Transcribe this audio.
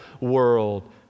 world